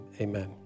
amen